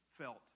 felt